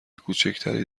کوچکتری